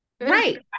right